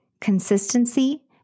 consistency